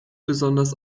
besonders